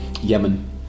Yemen